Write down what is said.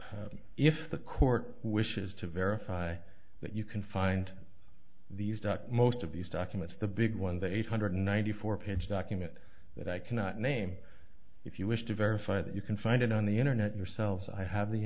but if the court wishes to verify that you can find these duck most of these documents the big ones the eight hundred ninety four page document that i cannot name if you wish to verify that you can find it on the internet yourselves i have the